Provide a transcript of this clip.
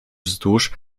wzdłuż